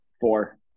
Four